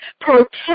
protect